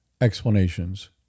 explanations